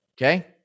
Okay